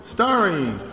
Starring